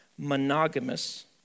monogamous